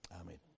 Amen